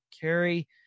carry